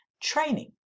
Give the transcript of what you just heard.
training